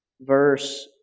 verse